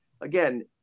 again